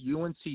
UNC